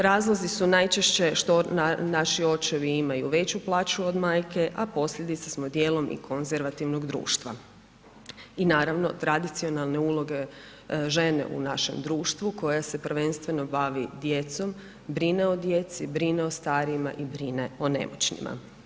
Razlozi su najčešće što naši očevi imaju veću plaću od majke, a posljedica smo dijelom i konzervativnog društva i naravno tradicionalne uloge žene u našem društvu koja se prvenstveno bavi djecom, brine o djeci, brine o starijima i brine o nemoćnima.